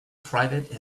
private